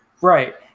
Right